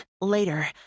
Later